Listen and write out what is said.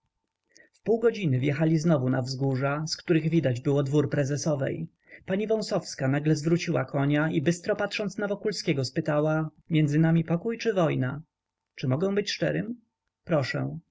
porywy wpół godziny wjechali znowu na wzgórza z których widać było dwór prezesowej pani wąsowska nagle zwróciła konia i bystro patrząc na wokulskiego spytała między nami pokój czy wojna czy mogę być szczerym proszę